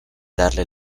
darle